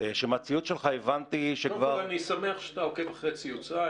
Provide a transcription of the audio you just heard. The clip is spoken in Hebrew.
שממנו הבנתי שכבר --- קודם כל אני שמח שאתה עוקב אחרי ציוציי.